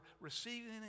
receiving